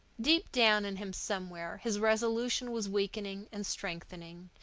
deep down in him somewhere his resolution was weakening and strengthening,